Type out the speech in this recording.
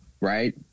right